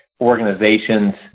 organizations